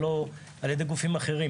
ולא על ידי גופים אחרים